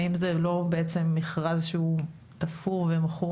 האם זה לא בעצם מכרז שהוא תפור ומכור